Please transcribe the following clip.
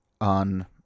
on